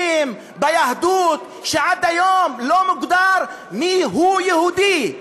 ביהדות שעד היום לא מוגדר מיהו יהודי?